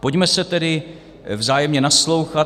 Pojďme si tedy vzájemně naslouchat.